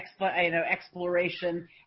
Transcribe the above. exploration